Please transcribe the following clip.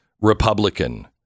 Republican